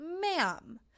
ma'am